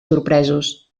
sorpresos